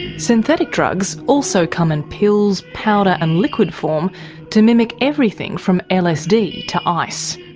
synthetic drugs also come in pills, powder and liquid form to mimic everything from lsd to ice.